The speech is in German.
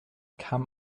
kam